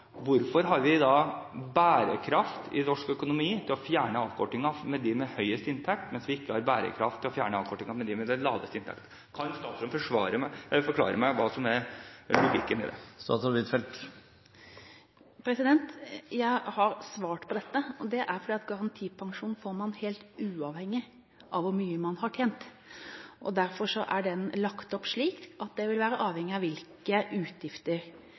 Hvorfor har vi da bærekraft i norsk økonomi til å fjerne avkortingen for dem med høyest inntekt, mens vi ikke har bærekraft til å fjerne avkortingen for dem med lavest inntekt? Kan statsråden forklare meg hva som er logikken i det? Jeg har svart på dette. Garantipensjon får man helt uavhengig av hvor mye man har tjent. Og derfor er den lagt opp slik at det vil være avhengig av hvilke utgifter